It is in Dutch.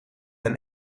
een